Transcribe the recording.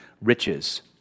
riches